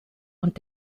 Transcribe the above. und